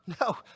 No